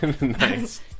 nice